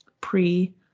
pre